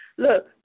Look